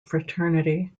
fraternity